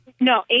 No